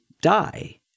die